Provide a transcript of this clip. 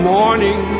morning